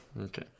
Okay